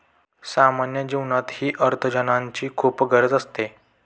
सामान्य जीवनातही अर्थार्जनाची खूप गरज असते